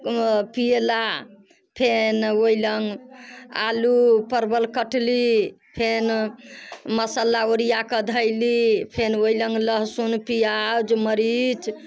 पीअला फेन ओहि ले आलू परवल कटली फेन मसल्ला ओरिया कऽ धयली फेन लहसुन पियाज मरीच